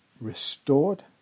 restored